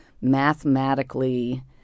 mathematically